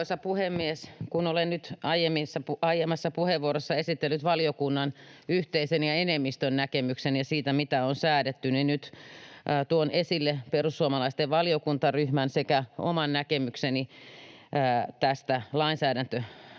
Arvoisa puhemies! Kun olen nyt aiemmassa puheenvuorossa esitellyt valiokunnan yhteisen ja enemmistön näkemyksen siitä, mitä on säädetty, niin nyt tuon esille perussuomalaisten valiokuntaryhmän sekä oman näkemykseni tästä lainsäädäntöhankkeesta.